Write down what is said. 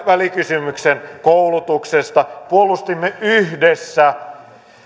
välikysymyksen koulutuksesta puolustimme yhdessä